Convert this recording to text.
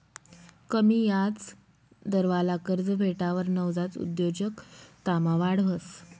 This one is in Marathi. कमी याजदरवाला कर्ज भेटावर नवजात उद्योजकतामा वाढ व्हस